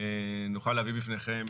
נוכל להביא בפניכם